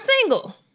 single